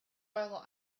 while